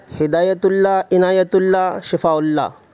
ہدایت اللہ عنایت اللہ شفاء اللہ